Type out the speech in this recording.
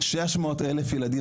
600 אלף ילדים,